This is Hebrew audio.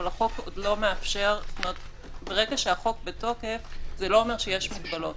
אבל החוק עוד לא מאפשר ברגע שהחוק בתוקף זה לא אומר שיש מגבלות.